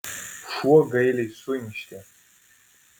šuo gailiai suinkštė